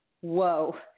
whoa